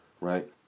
right